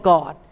God